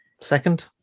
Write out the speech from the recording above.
second